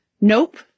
nope